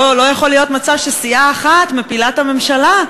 לא יכול להיות מצב שסיעה אחת מפילה את הממשלה.